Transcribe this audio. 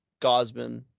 Gosman